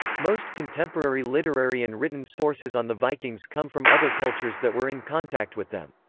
most contemporary literary and written sources on the vikings come from other cultures that were in contact with them.